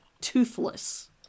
toothless